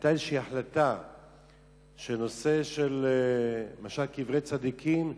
היתה איזו החלטה בנושא קברי צדיקים,